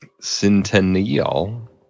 Centennial